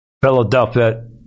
Philadelphia